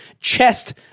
Chest